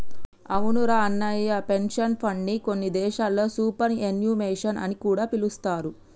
అవునురా అన్నయ్య పెన్షన్ ఫండ్ని కొన్ని దేశాల్లో సూపర్ యాన్యుమేషన్ అని కూడా పిలుస్తారు